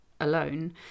alone